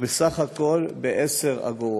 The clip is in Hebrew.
ובסך הכול ב-10 אגורות.